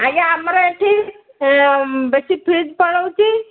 ଆଜ୍ଞା ଆମର ଏଠି ବେଶୀ ଫ୍ୟୁଜ୍ ପଳାଉଛି